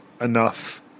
enough